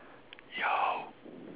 yo